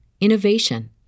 innovation